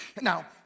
Now